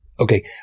Okay